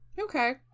Okay